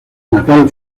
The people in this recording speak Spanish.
natal